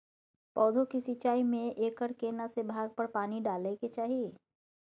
पौधों की सिंचाई में एकर केना से भाग पर पानी डालय के चाही?